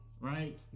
Right